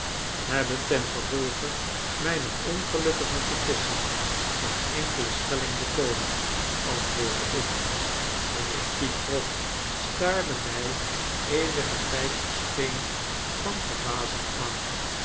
hebben ten gevolge myner ongelukkige vergissing geen enkelen schelling bekomen antwoordde ik mynheer pycroft staarde mij eenigen tyd versteend van verbazing aan